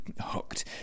hooked